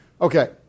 Okay